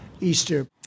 Easter